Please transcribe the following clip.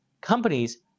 companies